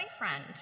boyfriend